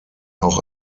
auch